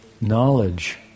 knowledge